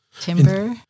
Timber